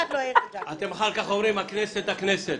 אתם אחר כך אומרים: "הכנסת, הכנסת".